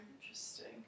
Interesting